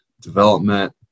development